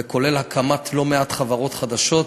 וכולל הקמת לא מעט חברות חדשות,